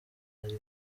zari